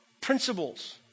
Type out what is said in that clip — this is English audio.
Principles